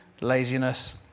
laziness